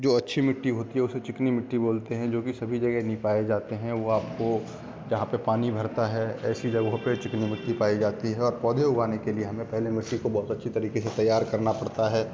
जो अच्छी मिट्टी होती है उसे चिकनी मिट्टी बोलते हैं जो की सभी जगह नहीं पाए जाते हैं वह आपको जहाँ पर पानी भरता है ऐसी जगह पर चिकनी मिट्टी पाई जाती है और पौधे उगाने के लिए हमें पहले मिट्टी को बहुत अच्छी तरीके से तैयार करना पड़ता है